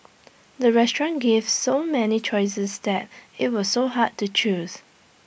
the restaurant gave so many choices that IT was so hard to choose